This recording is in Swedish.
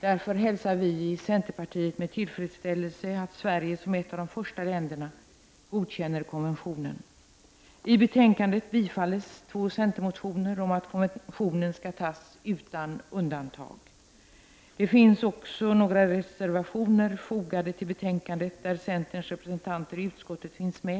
Därför hälsar vi i centerpartiet med tillfredsställelse att Sverige som ett av de första länderna godkänner konventionen. I betänkandet tillstyrks två centermotioner om att konventionen skall tas utan undantag. Det finns också några reservationer fogade till betänkandet där centerns representanter i utskottet finns med.